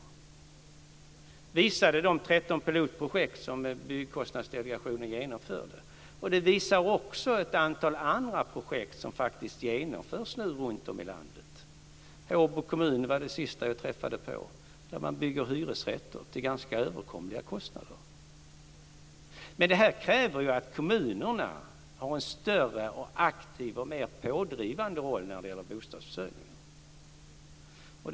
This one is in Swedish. Det visar de 13 pilotprojekt som Byggkostnadsdelegationen genomförde, och det visar också ett antal andra projekt som faktiskt genomförs nu runt om i landet. Håbo kommun var det senaste som jag träffade på, där man bygger hyresrätter till ganska överkomliga kostnader. Men detta kräver att kommunerna har en större, aktiv och mer pådrivande roll när det gäller bostadsförsörjningen.